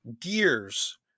gears